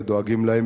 ודואגים להם,